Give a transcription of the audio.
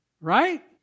Right